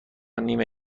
نیمه